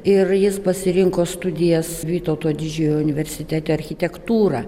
ir jis pasirinko studijas vytauto didžiojo universitete architektūrą